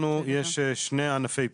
יש לנו שני ענפי פיקוח.